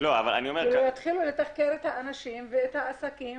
אולי יתחילו לתחקר את האנשים ואת העסקים